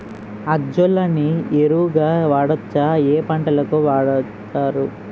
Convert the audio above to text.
Azolla ని ఎరువు గా వాడొచ్చా? ఏ పంటలకు వాడతారు?